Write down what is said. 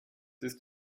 ist